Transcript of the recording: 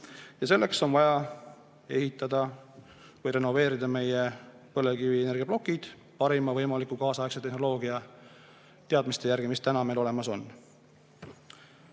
Selleks on vaja ehitada või renoveerida meie põlevkivienergiaplokid parima võimaliku tänapäevase tehnoloogia teadmiste järgi, mis meil olemas on.